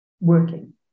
working